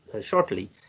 shortly